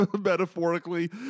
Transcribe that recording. metaphorically